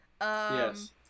Yes